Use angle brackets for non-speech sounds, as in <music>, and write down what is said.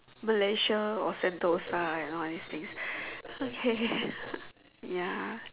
Malaysia or Sentosa and all these things okay <laughs> ya